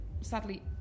sadly